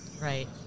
Right